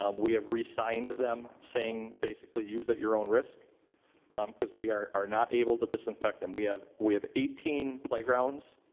um we have resigned them saying, basically use at your own risk because we are are not able to disinfect. and we have we have eighteen playgrounds.